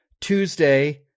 Tuesday